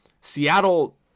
Seattle